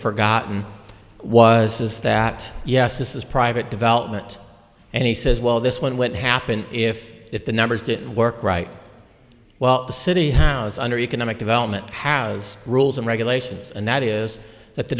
forgotten was is that yes this is private development and he says well this one won't happen if if the numbers didn't work right well the city house under economic development has rules and regulations and that is that the